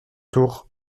tour